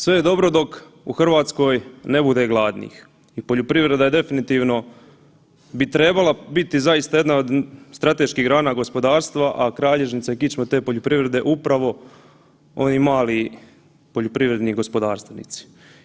Sve je dobro dok u Hrvatskoj ne bude gladnih i poljoprivreda bi definitivno trebala biti zaista jedna od strateških grana gospodarstva, a kralježnica i kičma te poljoprivrede upravo oni mali poljoprivredni gospodarstvenici.